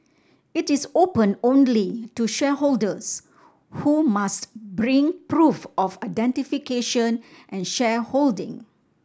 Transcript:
it is open only to shareholders who must bring proof of identification and shareholding